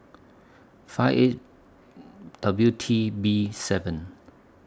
five eight W T B seven